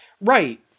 Right